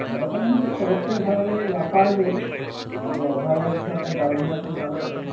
ঘৰৰ কাৰণেতো চবতকৈ ভাল লাফাৰ্জেই কিন্তু এভাৰেজ হিচাপে ডালমিয়াটো ভাল আৰু